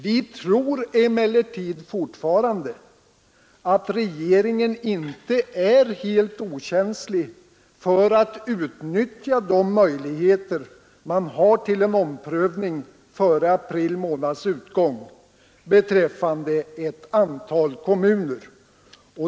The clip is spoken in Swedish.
Vi tror emellertid fortfarande att regeringen inte är helt okänslig inför att utnyttja de möjligheter man har till en omprövning före april månads utgång beträffande ett antal kommuner.